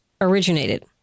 originated